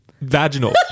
Vaginal